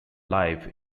life